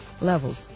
levels